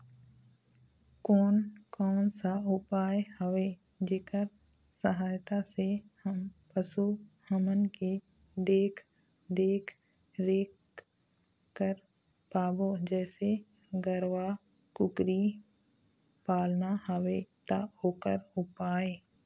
कोन कौन सा उपाय हवे जेकर सहायता से हम पशु हमन के देख देख रेख कर पाबो जैसे गरवा कुकरी पालना हवे ता ओकर उपाय?